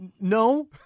No